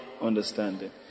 Understanding